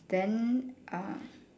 then uh